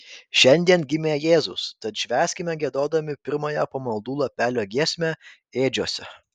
šiandien gimė jėzus tad švęskime giedodami pirmąją pamaldų lapelio giesmę ėdžiose